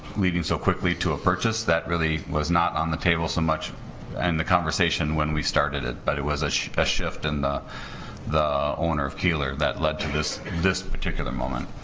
leading so quickly to a purchase that really was not on the table so much and the conversation when we started it but it was a shift and the the owner of keeler that led to this in this particular moment